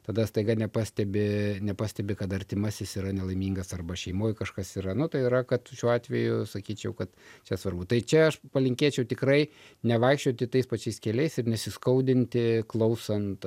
tada staiga nepastebi nepastebi kad artimasis yra nelaimingas arba šeimoj kažkas yra nu tai yra kad šiuo atveju sakyčiau kad čia svarbu tai čia aš palinkėčiau tikrai nevaikščioti tais pačiais keliais ir nesiskaudinti klausant